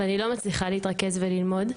ואני לא מצליחה להתרכז וללמוד".